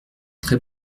très